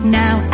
now